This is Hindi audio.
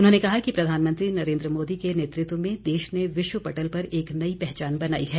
उन्होंने कहा कि प्रधानमंत्री नरेन्द्र मोदी के नेतृत्व में देश ने विश्व पटल पर एक नई पहचान बनाई है